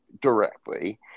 directly